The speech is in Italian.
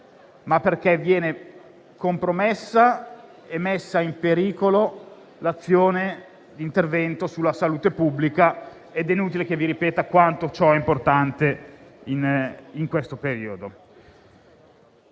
ma perché viene compromesso e messo in pericolo l'intervento sulla salute pubblica ed è inutile che vi ripeta quanto ciò sia importante in questo periodo.